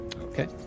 Okay